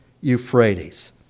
Euphrates